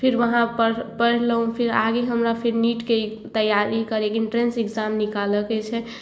फिर वहाँपर पढ़लहुँ फेर आगे हमरा फेर नीटके तैआरी करैके एन्ट्रेन्स एक्जाम निकालैके छै